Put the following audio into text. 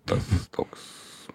tas toks